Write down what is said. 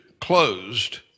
closed